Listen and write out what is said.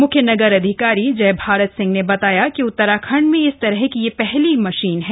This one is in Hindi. मुख्य नगर अधिकारी जय भारत सिंह ने बताया कि उतराखंड में इस तरह की यह पहली बड़ी मशीन लगी है